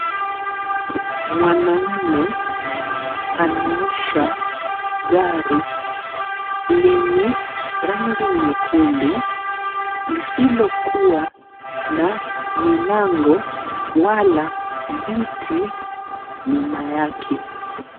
Mwanaume anaosha gari lenye rangi nyekundu, lisilo kuwa na milango wala viti nyuma yake.